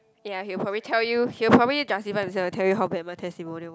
ya he'll probably tell you he'll probably justify himself and tell you how bad my testimonial